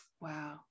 Wow